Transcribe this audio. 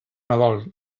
nadal